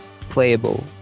playable